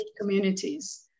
communities